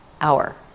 hour